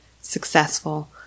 successful